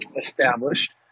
established